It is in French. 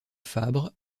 fabre